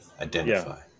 Identify